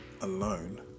alone